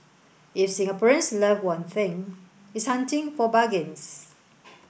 if Singaporeans love one thing it's hunting for bargains